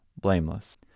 blameless